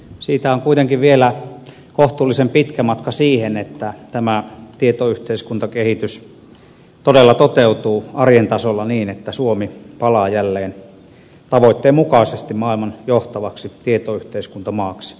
siitä on kuitenkin vielä kohtuullisen pitkä matka siihen että tämä tietoyhteiskuntakehitys todella toteutuu arjen tasolla niin että suomi palaa jälleen tavoitteen mukaisesti maailman johtavaksi tietoyhteiskuntamaaksi